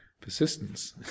persistence